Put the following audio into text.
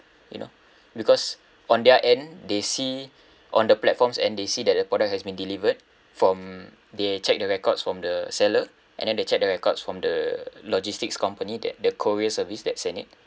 you know because on their end they see on the platforms and they see that the product has been delivered from they check the records from the seller and then they check the records from the logistics company that the courier service that sent it